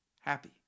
happy